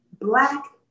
black